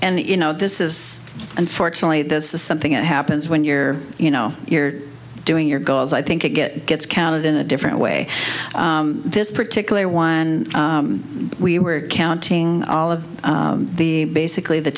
and you know this is unfortunately this is something that happens when you're you know you're doing your goals i think it gets counted in a different way this particular one and we were counting all of the basically the